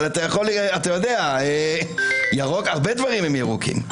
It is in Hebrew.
ירוק, אבל אתה יודע, הרבה דברים הם ירוקים.